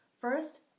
First